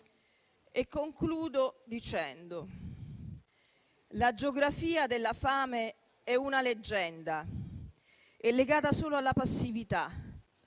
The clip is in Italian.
Concludo dicendo che la geografia della fame è una leggenda legata solo alla passività